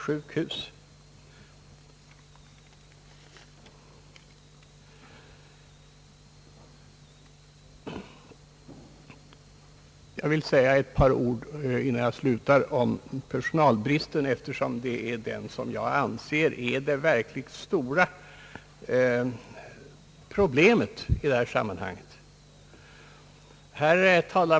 Slutligen må tillfogas ett par ord om personalbristen, eftersom jag anser den vara det verkligt stora problemet i sammanhanget.